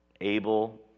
Abel